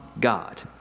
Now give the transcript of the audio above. God